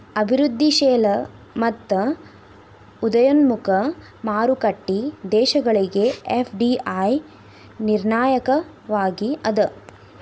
ಅಭಿವೃದ್ಧಿಶೇಲ ಮತ್ತ ಉದಯೋನ್ಮುಖ ಮಾರುಕಟ್ಟಿ ದೇಶಗಳಿಗೆ ಎಫ್.ಡಿ.ಐ ನಿರ್ಣಾಯಕವಾಗಿ ಅದ